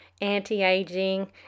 anti-aging